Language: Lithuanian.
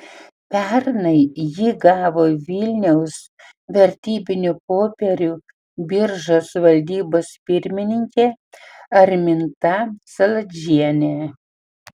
pernai jį gavo vilniaus vertybinių popierių biržos valdybos pirmininkė arminta saladžienė